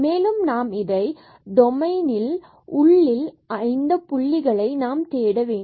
மேலும் நாம் இதை அதாவது டொமைன் உள்ளில் இந்தப் அனைத்து புள்ளிகளில் நாம் தேட வேண்டும்